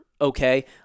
okay